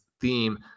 theme